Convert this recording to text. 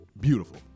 Beautiful